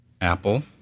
Apple